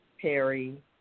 Perry